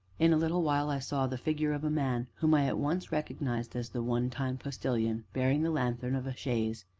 in a little while i saw the figure of a man whom i at once recognized as the one-time postilion, bearing the lanthorn of a chaise,